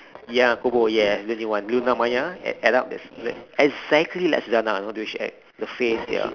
ya kubur yes the new one luna maya exactly like suzzanna you know the way she act the face ya